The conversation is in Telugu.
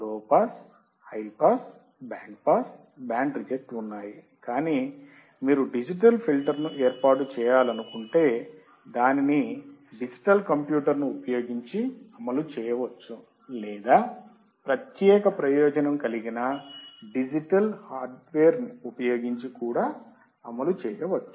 లో pass high pass band pass band reject ఉన్నాయి కానీ మీరు డిజిటల్ ఫిల్టర్ను ఏర్పాటు చేయాలనుకుంటే దానిని డిజిటల్ కంప్యూటర్ను ఉపయోగించి అమలు చేయవచ్చు లేదా ప్రత్యేక ప్రయోజనం కలిగిన డిజిటల్ హార్డ్వేర్ ఉపయోగించి కూడా అమలు చేయవచ్చు